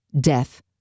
death